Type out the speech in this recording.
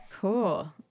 Cool